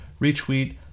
retweet